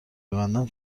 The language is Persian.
ببندم